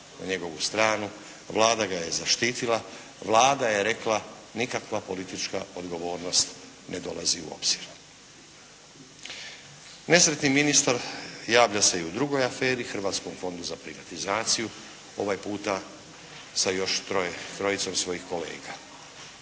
na njegovu stranu, Vlada ga je zaštitila, Vlada je rekla nikakva politička odgovornost ne dolazi u obzir. Nesretni ministar javlja se i u drugoj aferi Hrvatskom fondu za privatizaciju ovaj puta sa još trojicom svojih kolega.